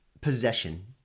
possession